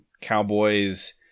Cowboys